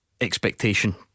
Expectation